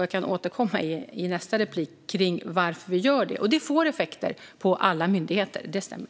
Jag kan återkomma i nästa replik om varför vi gör det. Det får effekter på alla myndigheter; det stämmer.